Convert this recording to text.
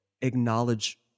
acknowledge